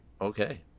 okay